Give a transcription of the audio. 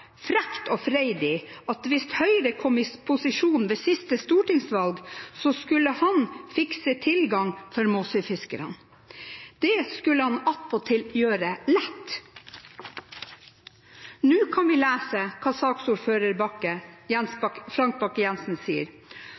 frekt og freidig, at hvis Høyre kom i posisjon ved siste stortingsvalg, skulle han fikse tilgang for Måsøy-fiskerne. Det skulle han attpåtil gjøre lett. Nå kan vi lese hva saksordfører Frank Bakke-Jensen sier: